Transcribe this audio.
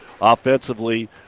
offensively